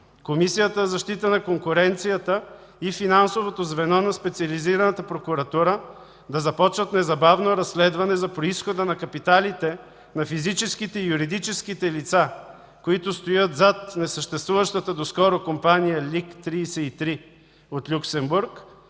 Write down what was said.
Комисията за защита на конкуренцията и Финансовото звено на Специализираната прокуратура да започнат незабавно разследване за произхода на капиталите на физическите и юридическите лица, които стоят зад несъществуващата доскоро компания LIC33 от Люксембург,